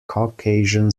caucasian